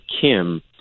Kim